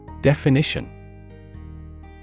Definition